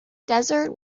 desert